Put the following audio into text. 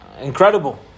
Incredible